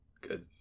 Good